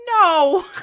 No